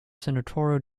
senatorial